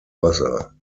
wasser